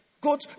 God